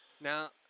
now